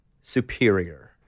superior